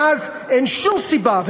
מאז אין שום סיבה,